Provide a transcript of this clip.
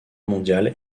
mondiale